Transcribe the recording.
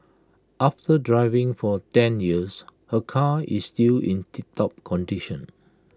after driving for ten years her car is still in tiptop condition